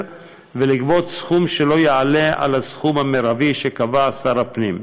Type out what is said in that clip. ולגבות סכום שלא יעלה על הסכום המרבי שקבע שר הפנים.